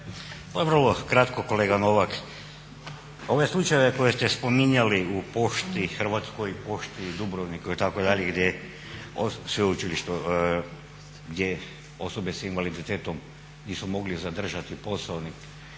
vrlo kratko kolega Novak, ove slučajeve koje ste spominjali u pošti, Hrvatskoj pošti, Dubrovniku itd. … gdje osobe s invaliditetom nisu mogle zadržati posao,